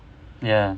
ya